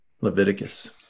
Leviticus